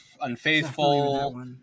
unfaithful